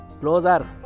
closer